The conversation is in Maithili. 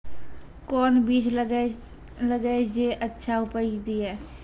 कोंन बीज लगैय जे अच्छा उपज दिये?